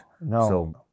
no